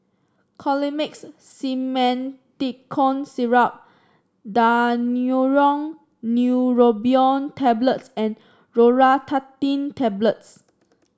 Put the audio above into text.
Colimix Simethicone Syrup Daneuron Neurobion Tablets and Loratadine Tablets